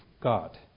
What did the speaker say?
God